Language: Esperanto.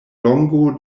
longo